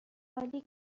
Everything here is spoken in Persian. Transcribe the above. عالی